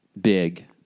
big